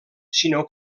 sinó